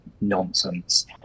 nonsense